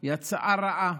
היא הצעה רעה,